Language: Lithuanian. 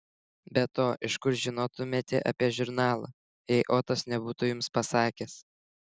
be to iš kur žinotumėte apie žurnalą jei otas nebūtų jums pasakęs